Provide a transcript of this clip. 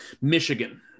Michigan